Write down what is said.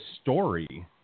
story